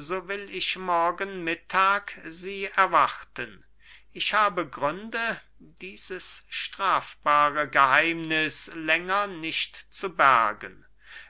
so will ich morgen mittag sie erwarten ich habe gründe dieses strafbare geheimnis länger nicht zu bergen